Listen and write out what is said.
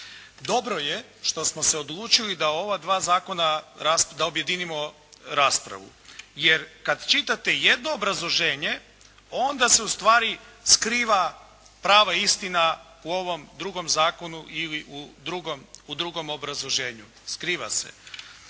Dobro je što smo se odlučili da ova dva zakona, da objedinimo raspravu jer kad čitate jedno obrazloženje, onda se ustvari skriva prava istina u ovom drugom zakonu ili u drugom obrazloženju. Skriva se.